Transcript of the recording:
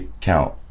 count